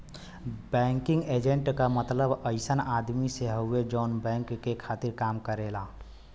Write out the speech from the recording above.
banking agent क मतलब अइसन आदमी से हउवे जौन बैंक के खातिर काम करेला